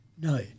No